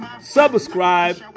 subscribe